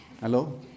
Hello